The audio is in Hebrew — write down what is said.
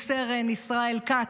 מסרן ישראל כץ,